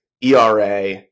ERA